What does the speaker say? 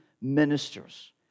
ministers